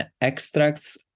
extracts